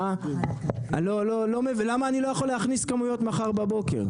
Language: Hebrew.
אני לא מבין למה אני לא יכול להכניס כמויות מחר בבוקר?